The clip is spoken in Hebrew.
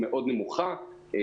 נמוכה מאוד.